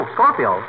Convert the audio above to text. Scorpio